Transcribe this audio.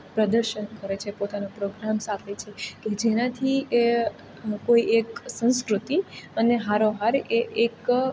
પ્રદર્શન કરે છે પોતાના પ્રોગ્રામ્સ આપે છે કે જેનાથી એ કોઈ એક સંસ્કૃતિ અને હારોહાર એ એક